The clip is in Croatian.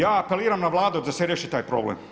Ja apeliram na Vladu da se riješi taj problem.